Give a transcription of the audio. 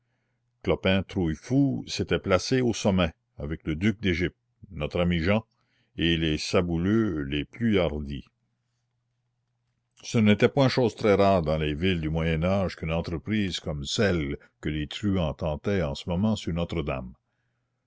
clopin trouillefou s'était placé au sommet avec le duc d'égypte notre ami jehan et les sabouleux les plus hardis ce n'était point chose très rare dans les villes du moyen âge qu'une entreprise comme celle que les truands tentaient en ce moment sur notre-dame